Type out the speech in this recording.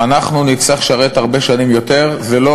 אנחנו נצטרך לשרת הרבה שנים יותר ולא